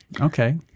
Okay